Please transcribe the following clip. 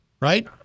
right